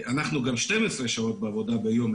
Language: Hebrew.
אנחנו גם 12 שעות בעבודה ביום,